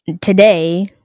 today